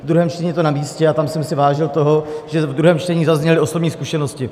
Ve druhém čtení je to namístě, a tam jsem si vážil toho, že ve druhém čtení zazněly osobní zkušenosti.